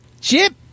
Chip